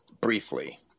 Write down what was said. briefly